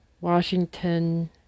Washington